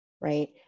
right